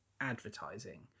advertising